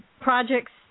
projects